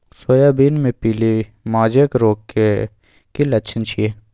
Soybean मे पीली mosaic रोग के की लक्षण छीये?